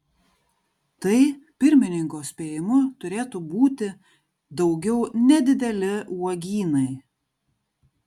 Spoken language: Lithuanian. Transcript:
tai pirmininko spėjimu turėtų būti daugiau nedideli uogynai